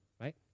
right